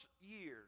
years